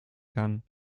kann